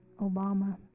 Obama